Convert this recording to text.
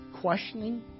questioning